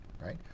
Right